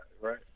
right